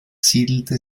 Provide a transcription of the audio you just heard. siedelte